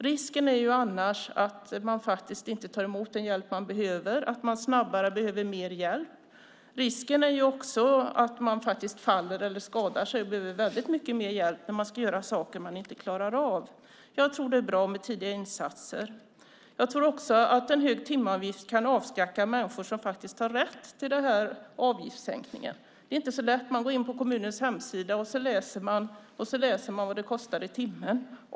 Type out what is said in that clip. Risken är annars att man inte tar emot den hjälp man behöver, och det kan resultera i att man snabbare behöver mer hjälp. Dessutom finns risk för att man faller eller skadar sig när man ska göra saker som man inte klarar av, och då kommer man att behöva mycket mer hjälp. Det är bra med tidiga insatser. En hög timavgift kan också avskräcka människor som faktiskt har rätt till avgiftssänkningen. Det är inte så lätt om man går in på kommunens hemsida och läser vad det kostar i timmen.